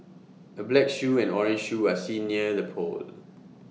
A black shoe and orange shoe are seen near the pole